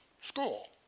school